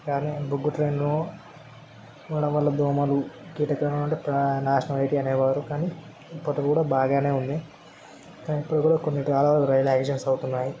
కానీ బొగ్గు ట్రైన్లో పోవడం వల్ల దోమలు కీటకాలు వంటివి నాశనం అయ్యేటివి అనే వారు కానీ ఇప్పటికి కూడా బాగానే ఉంది కానీ ఇప్పుడు కూడా కొన్ని కాలాల్లో రైళ్ళు యాక్సిడెంట్స్ అవుతున్నాయి